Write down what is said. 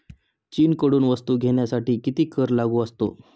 चीनकडून वस्तू घेण्यासाठी किती कर लागू असतो?